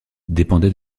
dépendait